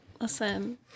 Listen